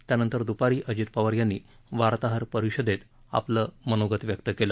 त्यानंतर द्रपारी अजित पवार यांनी वार्ताहर परिषदेत आपलं मनोगत व्यक्त केलं